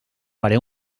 faré